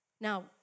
Now